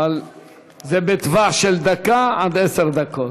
זה בטווח של דקה עד עשר דקות.